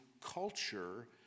culture